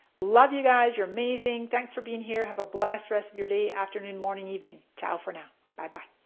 love you guys, you're amazing. thanks for being here, have a blast the rest of your day, afternoon, morning, evening. ciao for now, bye bye.